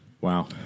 Wow